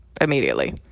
immediately